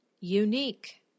unique